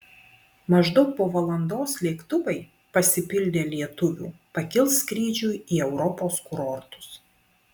maždaug po valandos lėktuvai pasipildę lietuvių pakils skrydžiui į europos kurortus